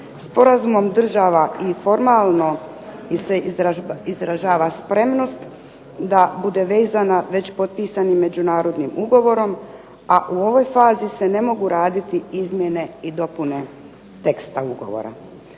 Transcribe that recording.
Sporazumom država i formalno se izražava spremnost da bude vezana već potpisanim međunarodnim ugovorom, a u ovoj fazi se ne mogu raditi izmjene i dopune teksta ugovora.